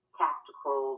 tactical